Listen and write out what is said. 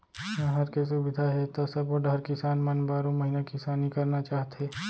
नहर के सुबिधा हे त सबो डहर किसान मन बारो महिना किसानी करना चाहथे